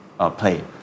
play